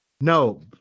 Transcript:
no